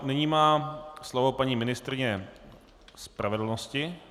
Nyní má slovo paní ministryně spravedlnosti.